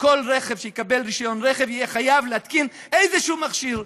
שבכל רכב שיקבל רישיון רכב תהיה חובה להתקין איזשהו מכשיר,